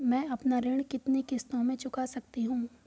मैं अपना ऋण कितनी किश्तों में चुका सकती हूँ?